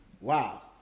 Wow